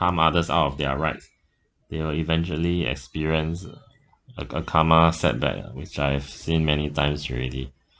harm others out of their rights they will eventually experience uh a a karma set back which I have seen many times already